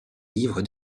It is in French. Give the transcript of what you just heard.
livre